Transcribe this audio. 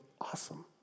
awesome